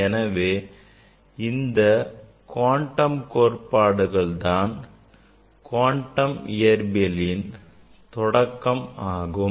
எனவே இந்த குவாண்டம் கோட்பாடுகள் தான் குவாண்டம் இயற்பியலின் தொடக்கமாகும்